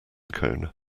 cone